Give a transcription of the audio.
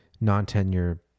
non-tenure